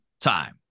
time